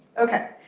ok.